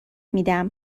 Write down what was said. میدم